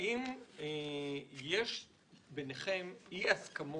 האם יש ביניכם אי הסכמות?